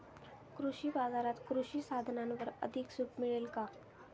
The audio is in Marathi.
कृषी बाजारात कृषी साधनांवर अधिक सूट मिळेल का?